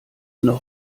noch